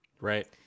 Right